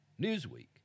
Newsweek